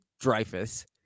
dreyfus